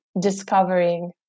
discovering